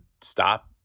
stop